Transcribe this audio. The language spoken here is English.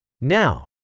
Now